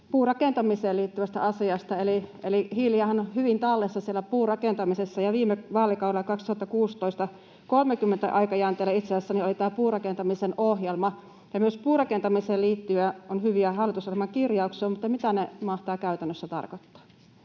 puurakentamiseen liittyvästä asiasta. Hiilihän on hyvin tallessa siellä puurakentamisessa, ja viime vaalikaudella, itse asiassa aikajänteellä 2016—2023, oli tämä puurakentamisen ohjelma. Ja puurakentamiseen liittyen on myös hyviä hallitusohjelman kirjauksia, mutta mitä ne mahtavat käytännössä tarkoittaa?